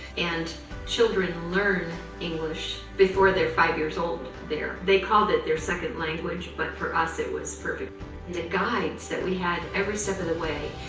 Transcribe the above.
and children learn english before they're five years old there. they called it their second language, but for us it was perfect. and the guides that we had every step of the way